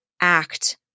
act